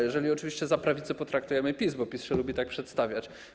Jeżeli oczywiście za prawicę potraktujemy PiS, bo PiS się lubi tak przedstawiać.